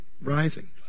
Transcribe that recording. rising